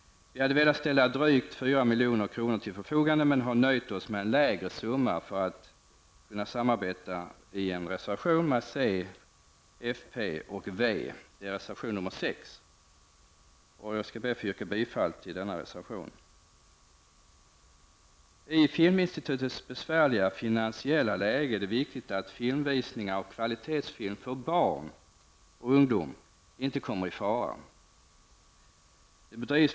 Vi hade velat ställa drygt 4 milj.kr. till förfogande för det ändamålet, men har nöjt oss med en lägre summa för att kunna avge en gemensam reservation med centern, folkpartiet liberalerna och vänsterpartiet. Jag yrkar därmed bifall till reservation 6. I Filminstitutets besvärliga finansiella läge är det viktigt att visning av kvalitetsfilm för barn och ungdom inte kommer i fara.